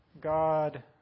God